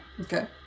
okay